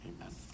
Amen